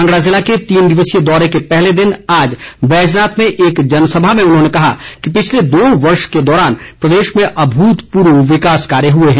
कांगड़ा जिले के तीन दिवसीय दौरे के पहले दिन आज बैजनाथ में एक जनसभा में उन्होंने कहा कि पिछले दो वर्षो के दौरान प्रदेश में अमूतपूर्व विकास कार्य हुए हैं